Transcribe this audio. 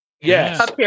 Yes